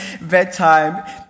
bedtime